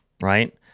right